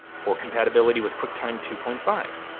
for compatibility with quicktime two point five.